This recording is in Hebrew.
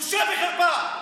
בושה וחרפה.